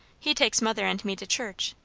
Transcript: he takes mother and me to church,